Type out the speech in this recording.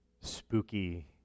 spooky